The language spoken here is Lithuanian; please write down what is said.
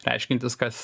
reiškiantis kas